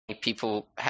people